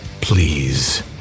Please